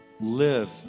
Live